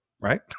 right